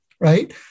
right